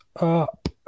up